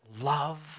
love